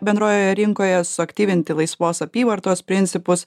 bendrojoje rinkoje suaktyvinti laisvos apyvartos principus